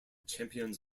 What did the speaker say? champions